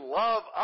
love